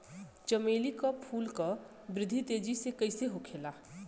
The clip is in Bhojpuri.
चमेली क फूल क वृद्धि तेजी से कईसे होखेला?